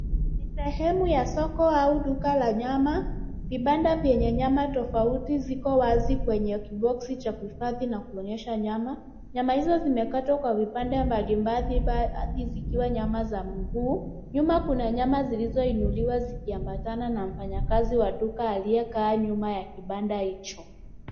Ni sehemu ya soko au duka la nyama, vipanda vyenye nyama tafauti ziko wazi kwenye kibox cha kuhifadi na kuonyesha nyama. Nyama hizo zimekatwa kwa vipande mbali mbali baadhi zikiwa nyama za miguu. Nyuma kuna nyama zilizoinuliwa zikiambatana mfanyi kazi wa duka aliye kaa nyuma ya kipanda hicho.